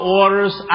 orders